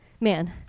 Man